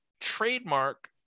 trademark